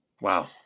Wow